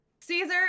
caesar